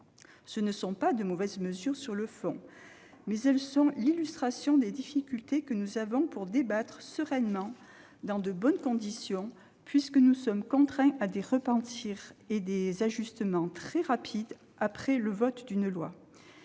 ne sont pas mauvaises sur le fond, mais elles illustrent les difficultés que nous rencontrons pour débattre sereinement dans de bonnes conditions, puisque nous sommes contraints à des repentirs et à des ajustements très rapides après le vote d'une loi.